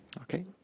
Okay